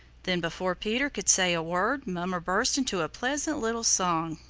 then before peter could say a word mummer burst into a pleasant little song.